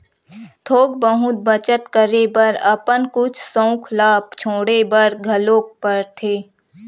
थोक बहुत बचत करे बर अपन कुछ सउख ल छोड़े बर घलोक परथे